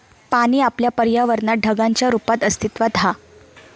पाणी आपल्या पर्यावरणात ढगांच्या रुपात अस्तित्त्वात हा